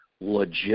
legit